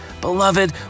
Beloved